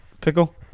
Pickle